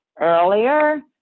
earlier